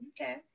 Okay